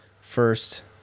first